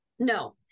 No